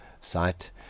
site